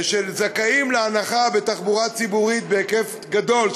שזכאים להנחה בתחבורה ציבורית בהיקף גדול,